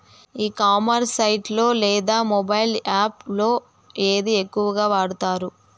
E commerce site లో లేదా mobile app లో ఏది ఎక్కువగా వాడుతారు?